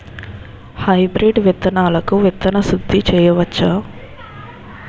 Hybrid విత్తనాలకు విత్తన శుద్ది చేయవచ్చ?